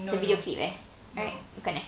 it's a video clip eh right bukan eh